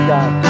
God